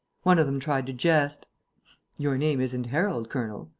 one of them tried to jest your name isn't harold, colonel?